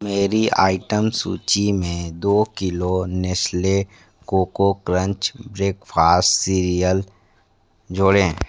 मेरी आइटम सूची में दो किलो Nestle Koko Krunch breakfast cereal जोड़ें